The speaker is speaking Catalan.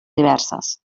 diverses